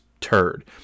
turd